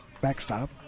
backstop